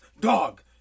dog